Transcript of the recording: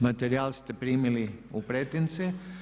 Materijal ste primili u pretince.